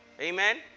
Amen